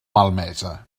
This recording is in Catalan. malmesa